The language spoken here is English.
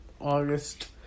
August